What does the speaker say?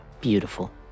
Beautiful